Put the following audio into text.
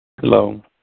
Hello